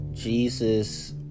Jesus